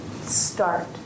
start